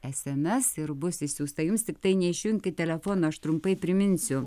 sms ir bus išsiųsta jums tiktai neišjungti telefono aš trumpai priminsiu